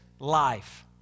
life